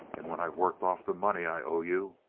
and when i've worked off the money i owe you